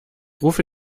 rufe